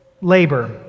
labor